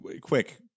quick